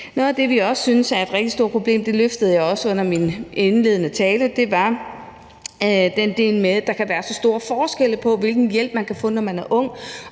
Noget af det, vi også synes er et rigtig stort problem – noget, som jeg også nævnte under min indledende tale – er den del med, at der kan være så store forskelle på, hvilken hjælp man kan få, når man er ung,